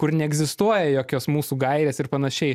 kur neegzistuoja jokios mūsų gairės ir panašiai